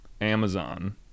Amazon